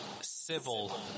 civil